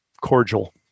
cordial